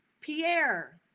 pierre